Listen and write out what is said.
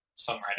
songwriter